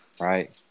right